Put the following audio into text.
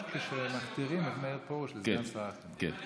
כאשר מכתירים את מאיר פרוש לסגן שר החינוך.